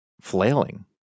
flailing